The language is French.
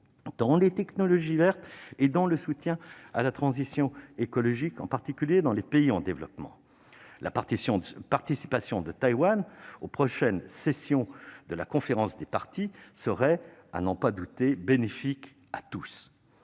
activement les actions en faveur de la transition écologique, en particulier dans les pays en voie de développement. La participation de Taïwan aux prochaines sessions de la Conférence des parties serait, à n'en pas douter, bénéfique à tous.